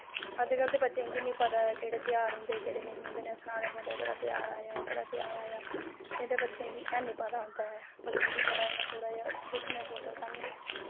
अज कल्ल ते बच्चें गी निं पता ऐ केह्ड़े ध्याहर होंदे केह्ड़े नेईं होंदे इने सनाना पौंदा एह्कड़ा ध्याहर आया एह्कड़ा ध्याहर आया निं ते बच्चें गी ऐनी पता होंदे ऐ बच्चें गी बड़ा इ'यां थोह्ड़ा जेहा दस्सने पौंदा साह्नू